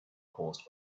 cause